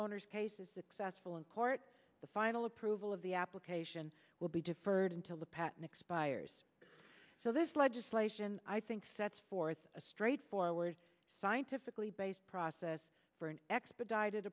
owner's case is excess full in court the final approval of the application will be deferred until the patent expires so this legislation i think sets forth a straightforward scientifically based process for an expedited